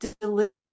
deliver